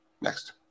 Next